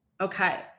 okay